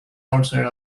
outside